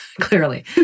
clearly